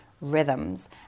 rhythms